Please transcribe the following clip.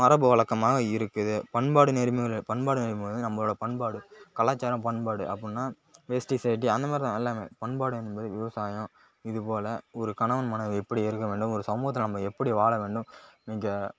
மரபு வழக்கமா இருக்குது பண்பாடு நெறிமுறை பண்பாடு நெறிமுறை வந்து நம்மளோட பண்பாடு கலாச்சாரம் பண்பாடு அப்படினா வேஷ்ட்டி சர்ட்டி அந்த மாதிரி தான் எல்லாமே பண்பாடு என்பது விவசாயம் இது போல் ஒரு கணவன் மனைவி எப்படி இருக்க வேண்டும் ஒரு சமூகத்தை நம்ம எப்படி வாழ வேண்டும் நீங்கள்